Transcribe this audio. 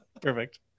Perfect